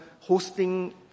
hosting